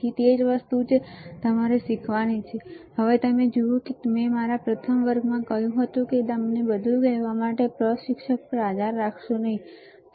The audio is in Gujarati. તેથી તે જ વસ્તુ છે જે તમારે શીખવાની છે તમે જુઓ મેં તમને મારા પ્રથમ વર્ગમાં કહ્યું હતું કે તમને બધું કહેવા માટે પ્રશિક્ષક પર આધાર રાખશો નહીં બરાબર